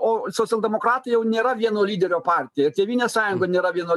o socialdemokratai jau nėra vieno lyderio partija ir tėvynės sąjunga nėra vieno